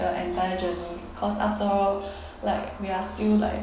the entire journey cause after all like we are still like